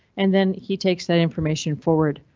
and then he takes that information forward.